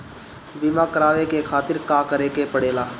बीमा करेवाए के खातिर का करे के पड़ेला?